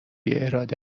اراده